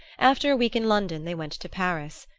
after a week in london they went to paris.